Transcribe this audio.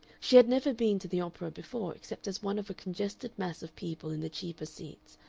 she had never been to the opera before except as one of a congested mass of people in the cheaper seats,